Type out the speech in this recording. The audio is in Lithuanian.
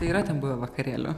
tai yra ten buvę vakarėlių